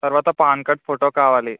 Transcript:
తర్వాత PAN card photo కావాలి